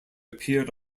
appeared